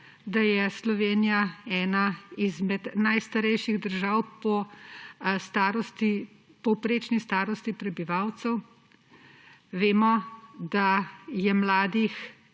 da je Slovenija ena izmed najstarejših držav po povprečni starosti prebivalcev. Vemo, da je mladih,